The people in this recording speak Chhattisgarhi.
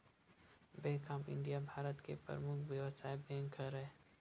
बेंक ऑफ इंडिया भारत के परमुख बेवसायिक बेंक हरय